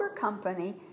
Company